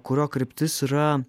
kurio kryptis yra